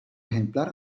ejemplar